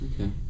Okay